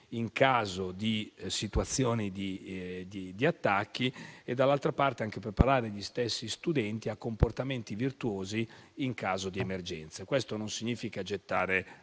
in caso di situazioni di attacco e, dall'altra parte, indurre gli stessi studenti a comportamenti virtuosi in caso di emergenze. Questo non significa provocare